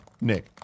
Nick